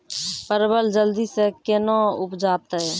परवल जल्दी से के ना उपजाते?